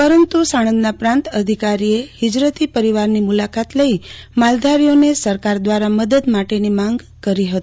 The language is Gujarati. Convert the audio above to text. પરંતુ સાણંદના પ્રાંત અધિકારીઅ હિજરતી પરિવારનો મુલાકાત લઈ માલધારીઓને સરકાર દવારા મદદ માટ માંગ કરી હતી